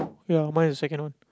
ya buy a second one